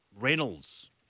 Reynolds